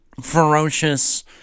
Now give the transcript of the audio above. ferocious